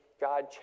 God